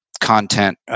content